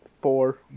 Four